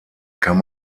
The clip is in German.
kann